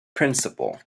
principle